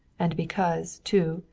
and because, too,